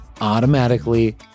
automatically